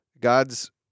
God's